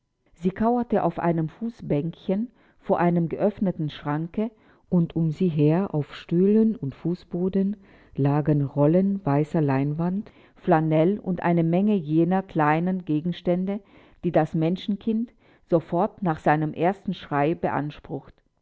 sie kauerte auf einem fußbänkchen vor einem geöffneten schranke und um sie her auf stühlen und fußboden lagen rollen weißer leinwand flanell und eine menge jener kleinen gegenstände die das menschenkind sofort nach seinem ersten schrei beansprucht